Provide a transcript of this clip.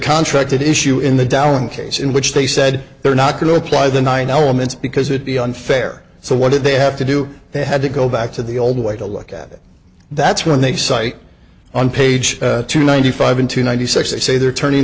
contracted issue in the dallin case in which they said they're not going to apply the nine elements because it be unfair so what did they have to do they had to go back to the old way to look at it that's when they cite on page two ninety five into ninety six they say they're turning